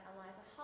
Eliza